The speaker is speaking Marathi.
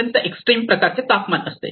अत्यंत एक्सट्रीम प्रकारचे तापमान असते